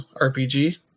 RPG